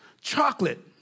Chocolate